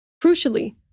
Crucially